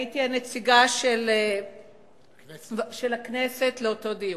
הייתי הנציגה של הכנסת לאותו דיון,